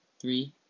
three